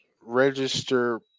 register